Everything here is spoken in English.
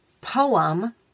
poem